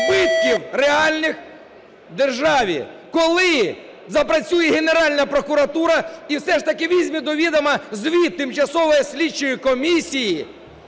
збитків реальних державі. Коли запрацює Генеральна прокуратура і все ж таки візьме до відома звіт тимчасової слідчої комісії,